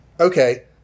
Okay